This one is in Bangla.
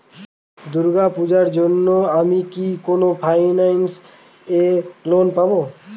দূর্গা পূজোর জন্য আমি কি কোন ফাইন্যান্স এ লোন পাবো?